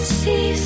see